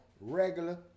regular